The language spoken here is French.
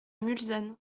mulsanne